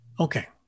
Okay